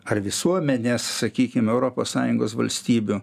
ar visuomenes sakykim europos sąjungos valstybių